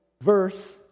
verse